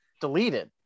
deleted